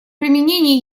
применений